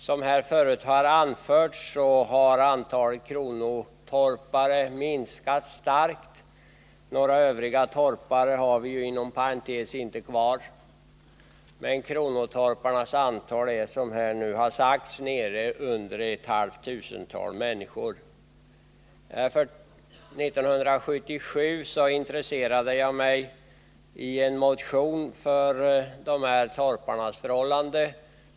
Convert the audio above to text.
Som förut har anförts har antalet kronotorpare minskat starkt. Några Övriga torpare har vi ju inom parentes inte kvar, men kronotorparnas antal är, som här sagts, nere under ett halvt tusental människor. 1977 intresserade jag mig i en motion för de här torparnas förhållanden.